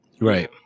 Right